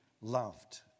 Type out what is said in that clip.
loved